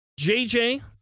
JJ